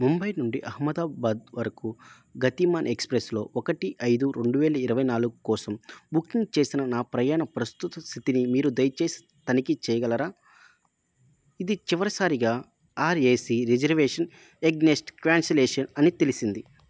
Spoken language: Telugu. ముంబై నుండి అహ్మదాబాద్ వరకు గతిమాన్ ఎక్స్ప్రెస్లో ఒకటి ఐదు రెండు వేల ఇరవై నాలుగు కోసం బుకింగ్ చేసిన నా ప్రయాణ ప్రస్తుత సితిని మీరు దయచేసి తనిఖీ చేయగలరా ఇది చివరిసారిగా ఆర్ఏసీ రిజర్వేషన్ అగైనెస్ట్ కాన్సిలేషన్ అని తెలిసింది